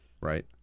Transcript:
right